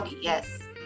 Yes